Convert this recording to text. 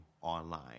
online